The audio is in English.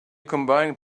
combined